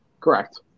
Correct